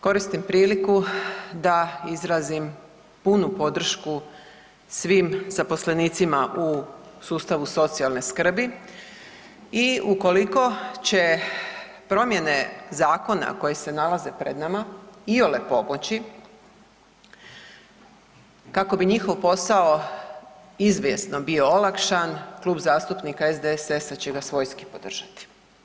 Koristim priliku da izrazim punu podršku svim zaposlenicima u sustavu socijalne skrbi i ukoliko će promijene zakona koje se nalaze pred nama iole pomoći kako bi njihov posao izvjesno bio olakšan Klub zastupnika SDSS-a će ga svojski podržati.